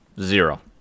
Zero